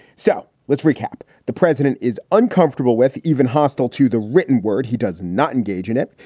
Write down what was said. so let's recap. the president is uncomfortable with even hostile to the written word. he does not engage in it.